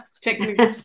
technically